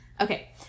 okay